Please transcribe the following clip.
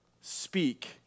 Speak